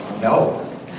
No